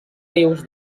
rius